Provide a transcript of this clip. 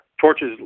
torches